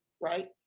right